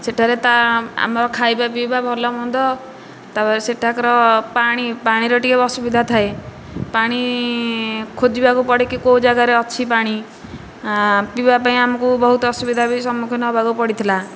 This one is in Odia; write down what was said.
ସେଠାରେ ତ ଆମ ଖାଇବା ପିଇବା ଭଲମନ୍ଦ ତାପରେ ସେଠାକର ପାଣି ପାଣିର ଟିକେ ଅସୁବିଧା ଥାଏ ପାଣି ଖୋଜିବାକୁ ପଡ଼େ କି କେଉଁ ଜାଗାରେ ଅଛି ପାଣି ଆଁ ପିଇବା ପାଇଁ ବି ଆମକୁ ବହୁତ ଅସୁବିଧାର ସମ୍ମୁଖୀନ ହେବାକୁ ପଡ଼ିଥିଲା